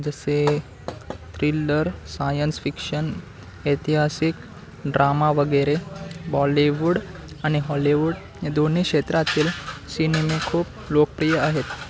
जसे thriller science fiction ऐतिहासिक drama वगैरे बॉलीवूड आणि हॉलीवूड हे दोन्ही क्षेत्रातील सिनेमे खूप लोकप्रिय आहेत